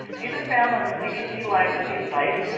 these are found on the cdc lyme disease site.